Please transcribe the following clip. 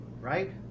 right